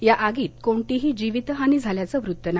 या आगीत कोणतीही जीवित हानी झाल्याचं वृत्त नाही